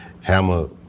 Hammer